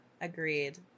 Agreed